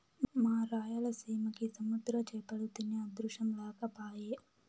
మా రాయలసీమకి సముద్ర చేపలు తినే అదృష్టం లేకపాయె